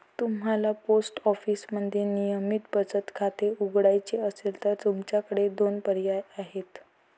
तुम्हाला पोस्ट ऑफिसमध्ये नियमित बचत खाते उघडायचे असेल तर तुमच्याकडे दोन पर्याय आहेत